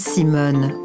Simone